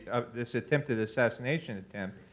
this attempted assassination attempt.